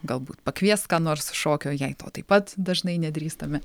galbūt pakviest ką nors šokio jei to taip pat dažnai nedrįstame